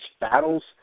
battles